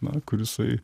na kur jisai